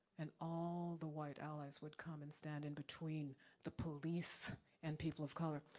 and all the white allies would come and stand in between the police and people of color.